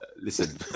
Listen